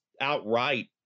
outright